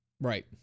Right